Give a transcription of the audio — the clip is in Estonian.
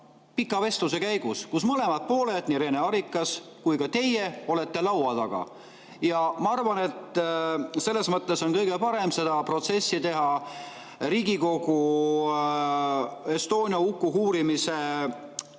pika vestluse käigus, kus mõlemad pooled, nii Rene Arikas kui ka teie, olete laua taga. Ja ma arvan, et selles mõttes on kõige parem seda protsessi teha Riigikogu Estonia huku uurimise